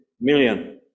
million